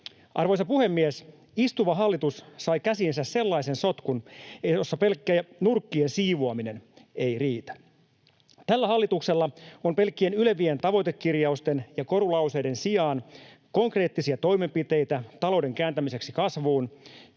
Arvoisa puhemies! Istuva hallitus sai käsiinsä sellaisen sotkun, jossa pelkkä nurkkien siivoaminen ei riitä. Tällä hallituksella on pelkkien ylevien tavoitekirjausten ja korulauseiden sijaan konkreettisia toimenpiteitä talouden kääntämiseksi kasvuun